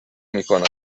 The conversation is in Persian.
میکند